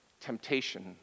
temptation